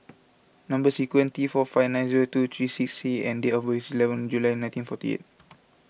Number Sequence T four five nine zero two three six C and date of birth is eleven July nineteen forty eight